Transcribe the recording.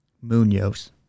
Munoz